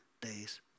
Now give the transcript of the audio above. days